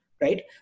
right